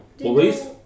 police